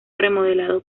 remodelado